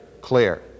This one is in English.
clear